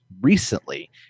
recently